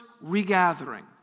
regathering